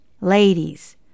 Ladies